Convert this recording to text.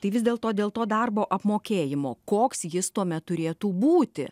tai vis dėlto dėl to darbo apmokėjimo koks jis tuomet turėtų būti